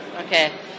okay